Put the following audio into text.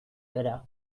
bera